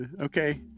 Okay